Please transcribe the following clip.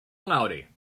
laude